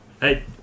Hey